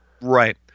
Right